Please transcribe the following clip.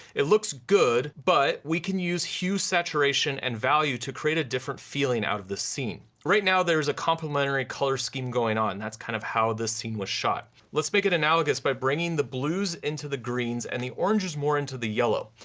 it looks good, but we can use hue saturation and value to create a different feeling out of this scene. right now there's a complimentary color scheme going on, that's kind of how this scene was shot. let's make it analogous by bringing the blues into the greens and the oranges more into the yellow.